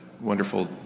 wonderful